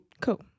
Cool